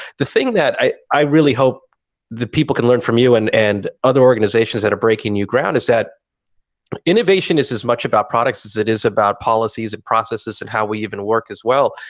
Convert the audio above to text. the thing that i really hope the people can learn from you and and other organizations that are breaking new ground is that innovation is as much about products as it is about policies, processes, and how we even work as well.